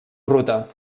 ruta